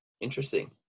interesting